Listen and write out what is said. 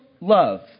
Love